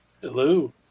Hello